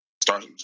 start